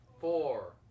four